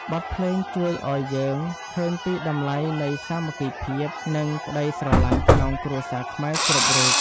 បទភ្លេងជួយឱ្យយើងឃើញពីតម្លៃនៃសាមគ្គីភាព និងក្ដីស្រឡាញ់ក្នុងគ្រួសារខ្មែរគ្រប់រូប។